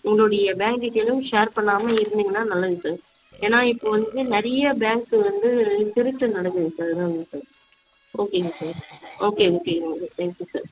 உங்களுடைய பேங்க் டீட்டெயிலும் ஷேர் பண்ணாமல் இருந்தீங்கன்னால் நல்லது சார் ஏன்னா இப்போ வந்து நிறைய பேங்க்கு வந்து திருட்டு நடக்குது சார் ஓகேங்க sir okay okay thank you sir